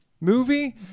movie